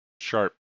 sharp